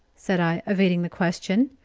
said i, evading the question,